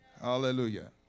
Hallelujah